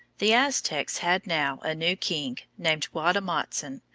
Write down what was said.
the aztecs had now a new king, named gua-te-mot-zin,